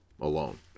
alone